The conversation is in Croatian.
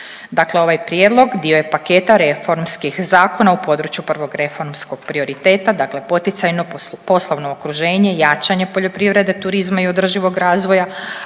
dakle ovaj prijedlog dio je paketa reformskih zakona u području prvog reformskog prioriteta dakle poticajno poslovno okruženje, jačanje poljoprivrede, turizma i održivog razvoja,